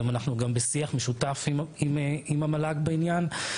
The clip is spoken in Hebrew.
אנחנו גם בשיח משותף עם המועצה להשכלה גבוהה בעניין.